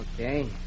Okay